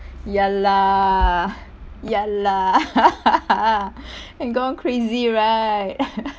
ya lah ya lah and gone crazy right